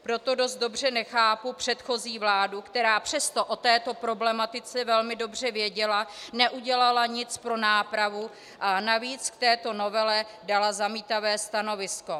Proto dost dobře nechápu předchozí vládu, která přestože o této problematice velmi dobře věděla, neudělala nic pro nápravu a navíc k této novele dala zamítavé stanovisko.